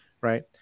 right